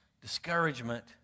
discouragement